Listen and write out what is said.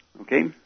okay